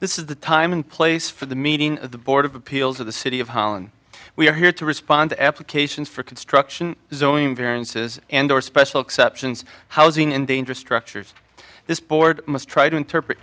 this is the time and place for the meeting of the board of appeals of the city of holland we are here to respond applications for construction zoning variances and or special exceptions housing in dangerous structures this board must try to interpret